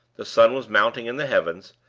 the sun was mounting in the heavens,